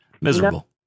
Miserable